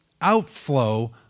outflow